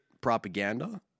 propaganda